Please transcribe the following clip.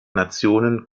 nationen